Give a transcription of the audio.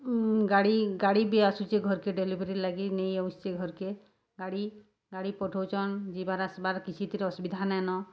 ଗାଡ଼ି ଗାଡ଼ି ବି ଆସୁଚେ ଘର୍କେ ଡେଲିଭରି ଲାଗି ନେଇ ଆସୁଚେ ଘର୍କେ ଗାଡ଼ି ଗାଡ଼ି ପଠଉଚନ୍ ଯିବାର୍ ଆସ୍ବାର୍ କିଛିଥିରେ ଅସୁବିଧା ନାଇଁନ